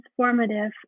transformative